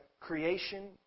creation